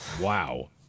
Wow